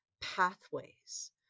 pathways